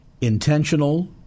intentional